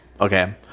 Okay